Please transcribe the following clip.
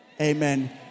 amen